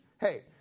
hey